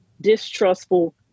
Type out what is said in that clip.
distrustful